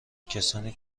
کسانی